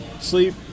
sleep